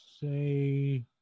say